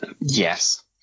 Yes